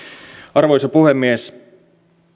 arvoisa puhemies